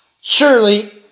Surely